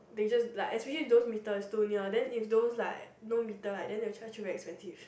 they just like especially those meter is too near then if those like no meter right they will charge you very expensive